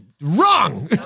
Wrong